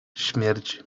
śmierć